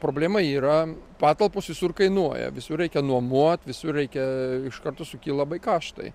problema yra patalpos visur kainuoja visur reikia nuomot visur reikia iš karto sukyla labai kaštai